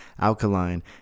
alkaline